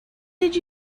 did